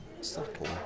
subtle